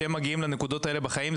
כשהם מגיעים לנקודות האלה בחיים,